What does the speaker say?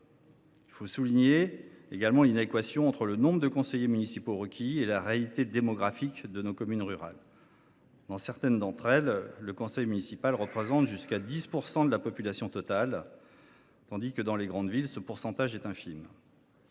Il faut souligner l’inadéquation entre le nombre de conseillers municipaux requis et la réalité démographique de nos communes rurales. Dans certaines d’entre elles, le conseil municipal représente jusqu’à 10 % de la population totale, tandis que, dans les grandes villes, ce pourcentage est infime.